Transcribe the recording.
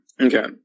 Okay